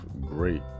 Great